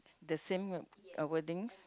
the same wordings